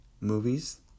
movies